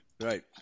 Right